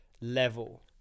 level